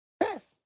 Yes